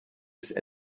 ist